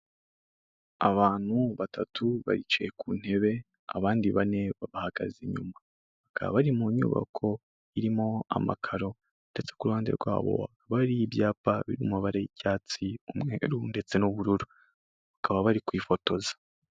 Abantu batatu baricaye ku ntebe, abandi bane bahagaze inyuma, bakaba bari mu nyubako irimo amakaro ndetse ku ruhande rwabo hakaba hari ibyapa biri mu mabara y'icyatsi umweru ndetse n'ubururu, bakaba bari kwifotoza.